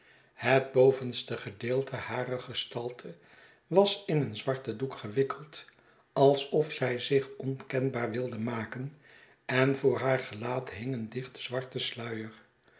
het bovenste gedeelte harer gestalte was in een zwarten doek gewikkeld alsof zij zich onkenbaar wilde maken en voor haar gelaat hing een dichte zwarte sluier